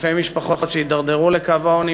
אלפי משפחות שיתדרדרו לקו העוני,